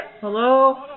Hello